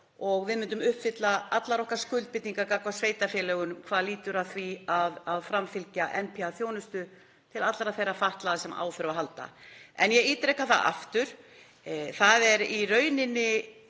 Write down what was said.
og við myndum uppfylla allar okkar skuldbindingar gagnvart sveitarfélögunum hvað lýtur að því að framfylgja NPA-þjónustu til allra þeirra fatlaðra sem á þurfa að halda. Ég ítreka aftur: Það er í rauninni